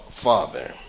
Father